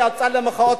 שיצא למחאות,